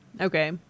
Okay